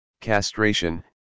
castration